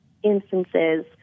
instances